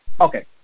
Okay